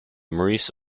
maurice